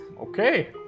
Okay